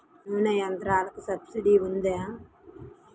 నూనె యంత్రాలకు సబ్సిడీ ఉందా?